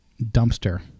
dumpster